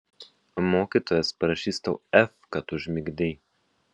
mokytojas parašys tau f kad užmigdei